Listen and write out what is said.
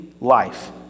life